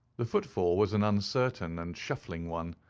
the footfall was an uncertain and shuffling one.